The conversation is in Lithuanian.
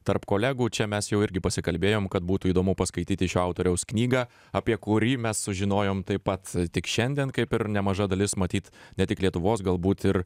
tarp kolegų čia mes jau irgi pasikalbėjom kad būtų įdomu paskaityti šio autoriaus knygą apie kurį mes sužinojom taip pat tik šiandien kaip ir nemaža dalis matyt ne tik lietuvos galbūt ir